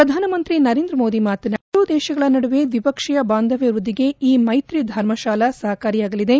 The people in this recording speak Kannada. ಪ್ರಧಾನಮಂತ್ರಿ ನರೇಂದ್ರಮೋದಿ ಮಾತನಾಡಿ ಎರಡೂ ದೇಶಗಳ ನಡುವೆ ದ್ವಿಪಕ್ಷೀಯ ಬಾಂದವ್ದ ವೃದ್ದಿಗೆ ಈ ಮ್ನೆತ್ರಿ ಧರ್ಮಶಾಲಾ ಸಹಕಾರಿಯಾಗಲಿದೆ